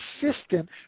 consistent